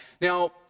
Now